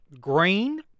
Green